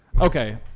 okay